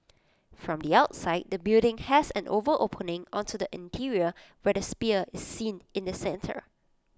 from the outside the building has an oval opening onto the interior where the sphere is seen in the centre